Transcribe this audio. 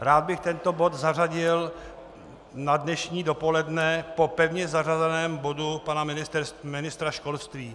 Rád bych tento bod zařadil na dnešní dopoledne po pevně zařazeném bodu pana ministra školství.